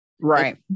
right